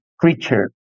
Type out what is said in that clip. creature